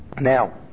Now